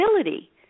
ability